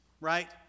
right